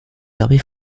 armées